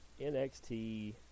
NXT